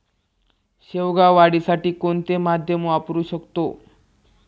शेवगा वाढीसाठी कोणते माध्यम वापरु शकतो?